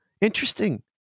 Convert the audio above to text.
Interesting